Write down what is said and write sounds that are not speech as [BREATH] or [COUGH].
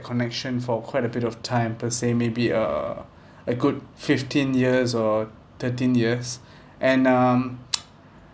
connection for quite a bit of time per se may be uh a good fifteen years or thirteen years [BREATH] and um [NOISE]